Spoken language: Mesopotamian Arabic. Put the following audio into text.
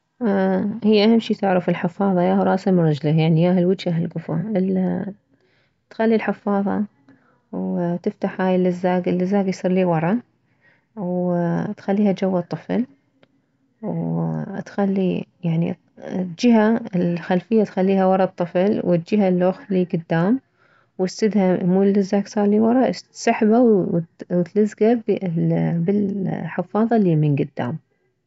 هي اهم شي تعرف الحفاظة ياهو راسها من رجليها يعني ياهو الوجه ياهو الكفا تخلي الحفاظة وتفتح هاي اللزاك اللزاك يصير ليوره وتخليها جوه الطفل وتخلي يعني جهة الخلفية تخليها ورة الطفل والجهة الخ ليكدام وتسدها مو اللزاك صار ليوره تسحبها وتلزكها بالحفاظة اللي من كدام